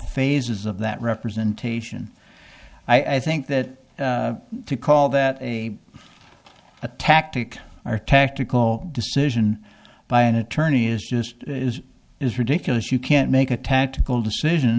phases of that representation i think that to call that a a tactic or tactical decision by an attorney is just is is ridiculous you can't make a tactical decision